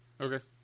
Okay